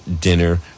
dinner